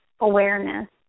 awareness